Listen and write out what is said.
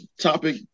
topic